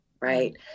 right